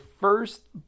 first